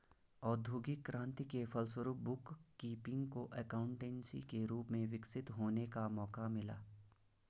औद्योगिक क्रांति के फलस्वरूप बुक कीपिंग को एकाउंटेंसी के रूप में विकसित होने का मौका मिला